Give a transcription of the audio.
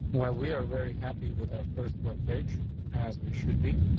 while we are very happy with our first one page as we should be,